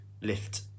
lift